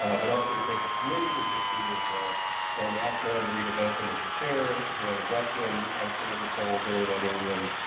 ah but also to thank the committee, which included dharma akmon and rita bantom was the chair, johanna bleckman, ashley ebersole, dory knight ingram,